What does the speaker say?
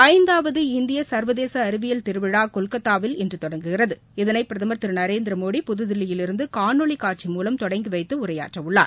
ஐந்தாவது இந்திய சர்வதேச அறிவியல் திருவிழா கொல்கத்தாவில் இன்று தொடங்குகிறது இதனை பிரதமர் திரு நரேந்திரமோடி புதுதில்லியிலிருந்து காணொளி காட்சி மூலம் தொடங்கி வைத்து உரையாற்றவுள்ளார்